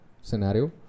scenario